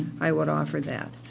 i would offer that.